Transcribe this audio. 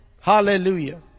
Hallelujah